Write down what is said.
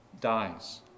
dies